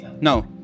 No